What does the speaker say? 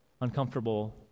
uncomfortable